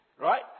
right